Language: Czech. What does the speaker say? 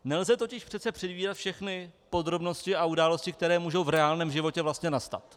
Nelze totiž předvídat všechny podrobnosti a události, které mohou v reálném životě vlastně nastat.